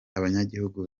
abanyagihugu